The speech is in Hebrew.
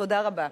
תודה רבה.